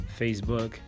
Facebook